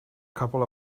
couple